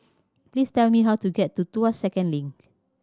please tell me how to get to Tuas Second Link